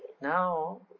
Now